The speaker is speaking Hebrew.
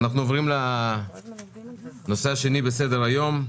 אנחנו עוברים לנושא השני בסדר היום: